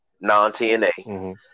non-TNA